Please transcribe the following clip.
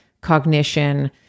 cognition